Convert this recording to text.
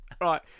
Right